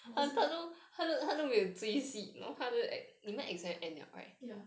ya